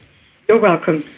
you're welcome.